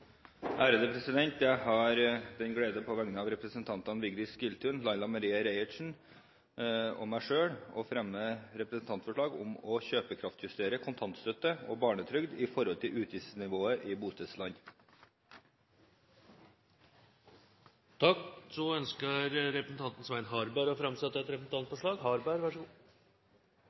Jeg har den glede på vegne av representantene Vigdis Giltun, Laila Marie Reiertsen og meg selv å fremme representantforslag om å kjøpekraftjustere kontantstøtte og barnetrygd i forhold til utgiftsnivået i bostedslandet. Representanten Svein Harberg vil framsette et representantforslag.